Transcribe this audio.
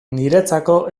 niretzako